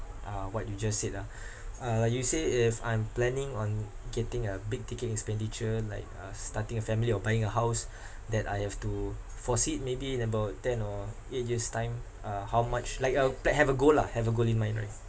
uh what you just said ah uh you say if I'm planning on getting a big ticket expenditure like uh starting a family or buying a house that I have to foresee it maybe in about ten or eight years' time uh how much like a pla~ have a goal lah have a goal in mind right